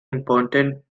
important